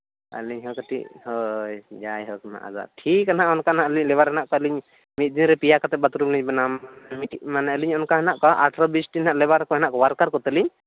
ᱟᱹᱞᱤᱧ ᱦᱚᱸ ᱠᱟᱹᱴᱤᱡ ᱦᱳᱭ ᱡᱟᱭᱦᱳᱠ ᱢᱟ ᱟᱫᱚ ᱴᱷᱤᱠ ᱜᱮᱭᱟ ᱦᱟᱸᱜ ᱚᱱᱠᱟ ᱦᱟᱸᱜ ᱞᱤᱧ ᱞᱮᱵᱟᱨ ᱢᱮᱱᱟᱜ ᱠᱚᱣᱟ ᱞᱤᱧ ᱟᱹᱞᱤᱧ ᱢᱤᱫ ᱨᱮ ᱯᱮᱭᱟ ᱠᱟᱛᱮᱫ ᱵᱟᱛᱷᱨᱩᱢ ᱞᱤᱧ ᱵᱮᱱᱟᱣᱟ ᱢᱤᱫᱴᱤᱡ ᱢᱟᱱᱮ ᱟᱹᱞᱤᱧ ᱚᱱᱠᱟ ᱦᱮᱱᱟᱜ ᱠᱚᱣᱟ ᱟᱴᱷᱨᱚ ᱵᱤᱥᱴᱤ ᱦᱟᱸᱜ ᱞᱮᱵᱟᱨ ᱠᱚ ᱦᱮᱱᱟᱜ ᱠᱚᱣᱟ ᱳᱣᱟᱨᱠᱟᱨ ᱠᱚᱛᱮ ᱞᱤᱧ